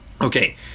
Okay